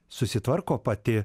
susitvarko pati